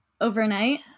overnight